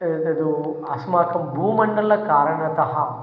एतत् अस्माकं भूमण्डलकारणतः